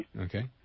okay